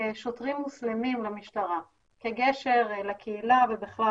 שוטרים מוסלמים למשטרה כגשר לקהילה ובכלל